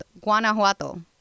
Guanajuato